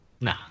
No